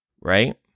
right